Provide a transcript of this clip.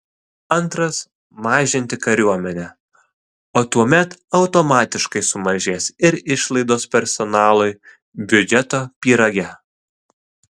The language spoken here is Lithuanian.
antras mažinti kariuomenę o tuomet automatiškai sumažės ir išlaidos personalui biudžeto pyrage